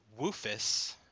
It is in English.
Woofus